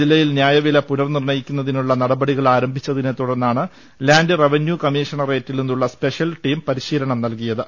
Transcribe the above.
ജില്ലയിൽ ന്യായവില പുനർനിർണ്ണയിക്കുന്നതിനുള്ള നടപടികൾ ആരംഭിച്ചതിനെത്തുടർന്നാണ് ലാന്റ് റവന്യൂ കമ്മീഷണറേറ്റിൽ നിന്നുള്ള സ്പപെഷ്യൽ ടീം പരിശീലനം നൽകിയത്